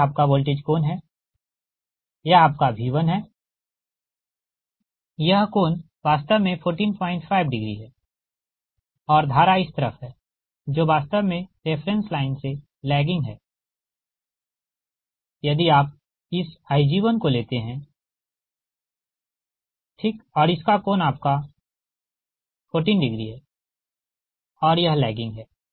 तो यह आपका वोल्टेज कोण है यह आपका V1 है यह कोण वास्तव में 145 डिग्री है और धारा इस तरफ है जो वास्तव में रेफ़रेंस लाइन से लैगिंग है यदि आप इस Ig1 को लेते हैं ठीक और इसका कोण आपका 14 है और यह लैगिंग है